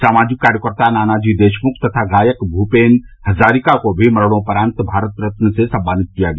सामाजिक कार्यकर्ता नानाजी देशमुख तथा गायक भूपेन हजारिका को भी मरणोप्रांत भारत रत्न से सम्मानित किया गया